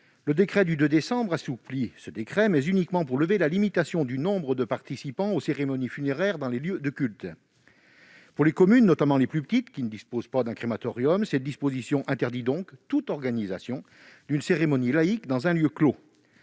ce décret a assoupli les règles, mais uniquement pour lever la limitation du nombre de participants aux cérémonies funéraires dans les lieux de culte. Ainsi, pour les communes, notamment les plus petites, qui ne disposent pas d'un crématorium, cette disposition interdit toute organisation d'une cérémonie laïque dans un lieu clos.